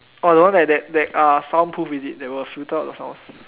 oh that one that that that soundproof is it they will filter out the soundproof